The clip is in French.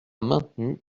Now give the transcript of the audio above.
maintenu